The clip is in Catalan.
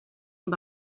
amb